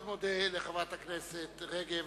אני מאוד מודה לחברת הכנסת רגב,